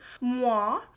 moi